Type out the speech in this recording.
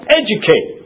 educate